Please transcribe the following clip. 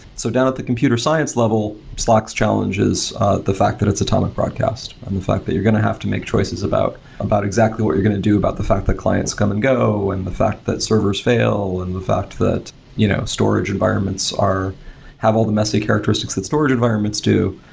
so down at the computer science level, slack's challenge is the fact that it's atomic broadcast and the fact that you're going to have to make choices about about exactly what you're going to do about the fact that clients come and go and the fact that servers fail and the fact that you know storage environments have all the messy characteristics that storage environments do,